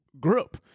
group